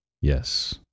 yes